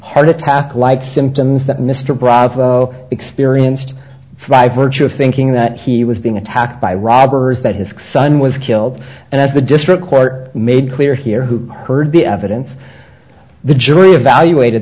heart attack like symptoms that mr bravo experienced driver just thinking that he was being attacked by robbers that his son was killed and as the district court made clear here who heard the evidence the jury evaluated